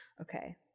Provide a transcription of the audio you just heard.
Okay